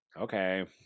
okay